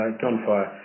gunfire